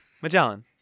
Magellan